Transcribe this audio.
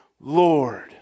Lord